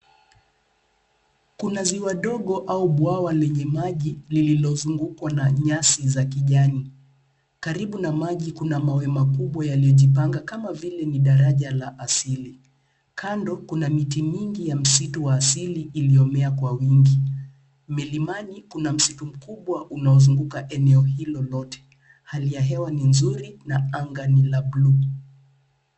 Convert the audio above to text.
Kuna ziwa dogo au bwawa lenye maji lililozungukwa na nyasi za kijani. Karibu na maji kuna mawe makubwa yaliyojipanga kama vile ni daraja la asili. Kando kuna miti mingi ya msitu wa asili iliyomea kwa wingi. Milimani kuna msitu mkubwa unaozunguka eneo hilo lote. Hali ya hewa ni nzuri na anga ni la bluu.